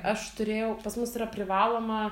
aš turėjau pas mus yra privaloma